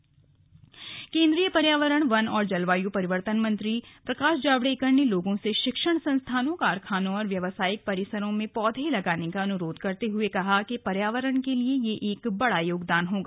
slug Prakash Javadekar केन्द्रीय पर्यावरण वन और जलवायु परिवर्तन मंत्री प्रकाश जावड़ेकर ने लोगों से शिक्षण संस्थानों कारखानों और व्यावसायिक परिसरों में पौधे लगाने का अनुरोध करते हुए कहा कि पर्यावरण के लिए यह एक बड़ा योगदान होगा